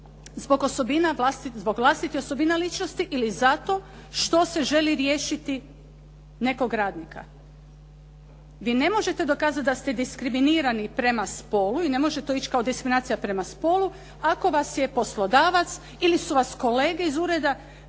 zbog vlastitih osobina ličnosti ili zato što se želi riješiti nekog radnika, gdje ne možete dokazat da ste diskriminirani prema spolu. I ne može to ići kao diskriminacija prema spolu ako vas je poslodavac ili su vas kolege iz ureda